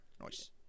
Nice